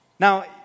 Now